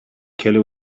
kelly